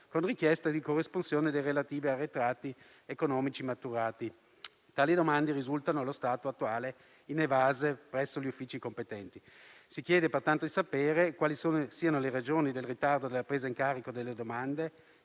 con richiesta di corresponsione dei relativi arretrati economici maturati; tali domande risultano, allo stato attuale, inevase presso gli uffici competenti, si chiede di sapere quali siano le ragioni del ritardo nella presa in carico delle domande